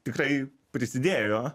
tikrai prisidėjo